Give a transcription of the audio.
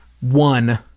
one